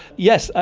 yes, ah